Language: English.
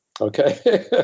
okay